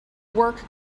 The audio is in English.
work